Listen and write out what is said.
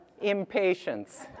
impatience